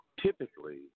typically